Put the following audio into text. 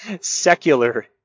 secular